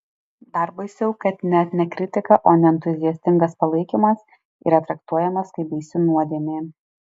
dar baisiau kad net ne kritika o neentuziastingas palaikymas yra traktuojamas kaip baisi nuodėmė